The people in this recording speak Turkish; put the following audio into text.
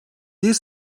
bir